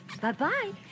bye-bye